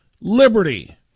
liberty